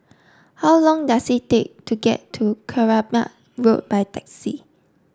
how long does it take to get to Keramat Road by taxi